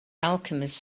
alchemist